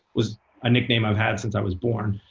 was a nickname i've had since i was born.